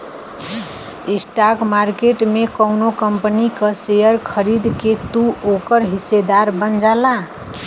stock market में कउनो company क शेयर खरीद के तू ओकर हिस्सेदार बन जाला